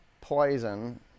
Poison